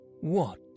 What